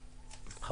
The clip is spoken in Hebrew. גרוס, בבקשה.